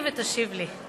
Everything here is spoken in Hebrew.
ותשיב לי.